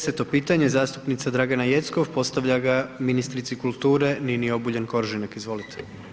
10. pitanje zastupnica Dragana Jeckov postavlja ga ministrici kulture Nini Obuljen Koržinek, izvolite.